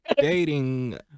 dating